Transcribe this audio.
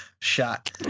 shot